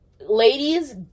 Ladies